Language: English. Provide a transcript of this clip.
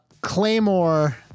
Claymore